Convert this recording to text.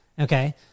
Okay